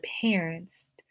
parents